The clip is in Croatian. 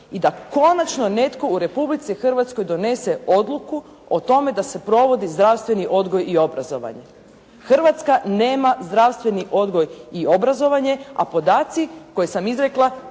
i da konačno netko u Republici Hrvatskoj donese odluku o tome da se provodi zdravstveni odgoj i obrazovanje. Hrvatska nema zdravstveni odgoj i obrazovanje, a podaci koje sam izrekla